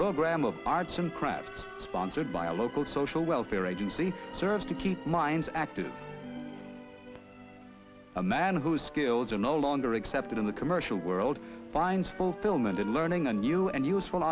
program of arts and crafts sponsored by a local social welfare agency serves to keep minds active a man whose skills are no longer accepted in the commercial world find fulfillment in learning a new and useful